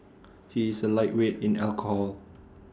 he is A lightweight in alcohol